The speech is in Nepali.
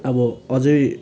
अब अझै